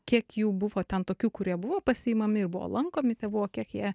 kiek jų buvo ten tokių kurie buvo pasiimami ir buvo lankomi tėvų o kiek jie